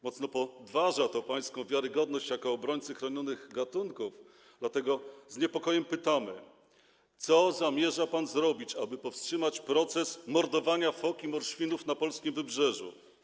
Mocno podważa to pańską wiarygodność jako obrońcy chronionych gatunków, dlatego z niepokojem pytamy: Co zamierza pan zrobić, aby powstrzymać proces mordowania fok i morświnów na polskim Wybrzeżu?